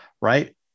right